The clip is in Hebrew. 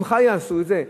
אמך תעשה את זה?